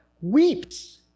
weeps